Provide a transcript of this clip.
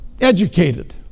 educated